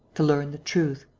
to learn the truth,